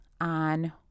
on